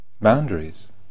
boundaries